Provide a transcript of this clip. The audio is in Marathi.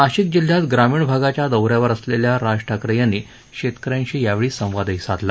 नाशिक जिल्ह्यात ग्रामीण भागाच्या दौ यावर असलेल्या राज ठाकरे यांनी शेतकऱ्यांशी संवाद साधला